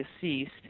deceased